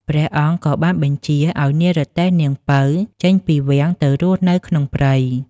ព្រះអង្គក៏បានបញ្ជាឲ្យនិរទេសនាងពៅចេញពីវាំងទៅរស់នៅក្នុងព្រៃ ។